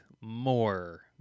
more